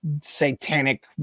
satanic